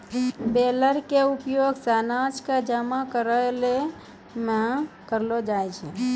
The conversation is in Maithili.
बेलर के उपयोग अनाज कॅ जमा करै मॅ करलो जाय छै